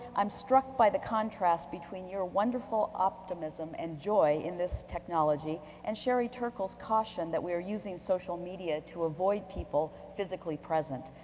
i'm struck by the contrast between your wonderful optimism and joy in this technology and sherry turkle's caution that we are using social media to avoid people physically present,